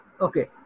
Okay